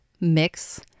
mix